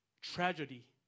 tragedy